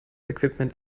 equipment